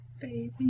Baby